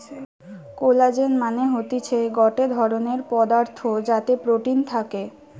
collagen মানে হতিছে গটে ধরণের পদার্থ যাতে প্রোটিন থাকে